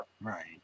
Right